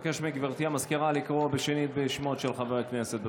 אבקש מגברתי הסגנית לקרוא שנית בשמות חברי הכנסת.